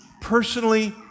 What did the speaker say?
personally